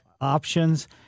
options